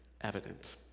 evident